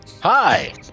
hi